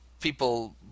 People